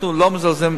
אנחנו לא מזלזלים.